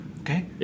Okay